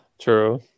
True